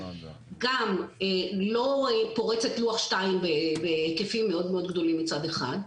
גם לא פורץ את לוח2 בהיקפים מאוד גדולים מצד אחד.